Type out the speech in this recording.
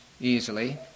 easily